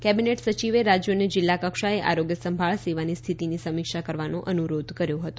cabinet સચિવે રાજ્યોને જિલ્લા કક્ષાએ આરોગ્ય સંભાળ સેવાની સ્થિતિની સમીક્ષા કરવાનો અનુરોધ કર્યો હતો